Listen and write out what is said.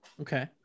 Okay